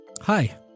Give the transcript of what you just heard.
Hi